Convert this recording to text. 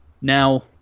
Now